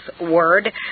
word